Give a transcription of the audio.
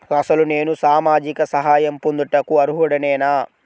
అసలు నేను సామాజిక సహాయం పొందుటకు అర్హుడనేన?